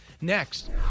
Next